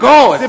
God